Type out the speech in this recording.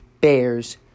Bears